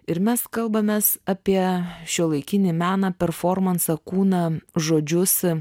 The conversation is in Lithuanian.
ir mes kalbamės apie šiuolaikinį meną performansą kūną žodžius